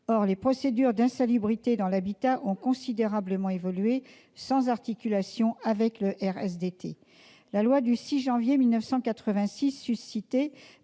Or les procédures en matière d'insalubrité dans l'habitat ont considérablement évolué, sans articulation avec le RSDT. La loi du 6 janvier 1986 suscitée